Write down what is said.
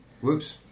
Whoops